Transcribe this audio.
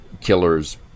killers